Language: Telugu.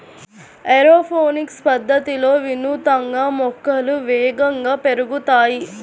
ఏరోపోనిక్స్ పద్ధతిలో వినూత్నంగా మొక్కలు వేగంగా పెరుగుతాయి